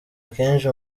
akenshi